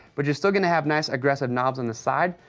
but you're still gonna have nice, aggressive knobs on the side,